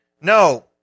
no